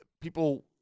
people